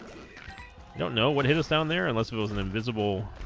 don't know what hit us down there unless it wasn't invisible